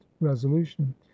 resolution